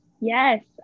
Yes